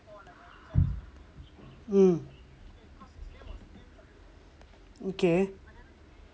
mm okay